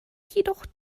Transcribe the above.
jedoch